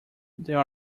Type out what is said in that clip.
there